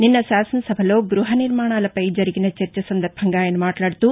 నిన్న శాసనసభలో గ్బహనిర్మాణాలపై జరిగిన చర్చ సందర్బంగా ఆయన మాట్లాడుతూ